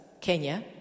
Kenya